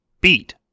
beat